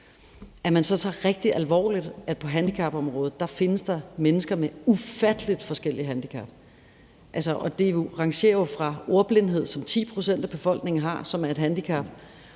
rigtig alvorligt, at der på handicapområdet findes mennesker med ufattelig forskellige handicap. Det rangerer jo fra ordblindhed, som 10 pct. af befolkningen har som et handicap,